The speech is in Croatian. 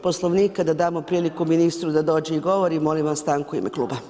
Poslovnika da damo priliku ministru da dođe i govorimo, molim vas stanku u ime kluba.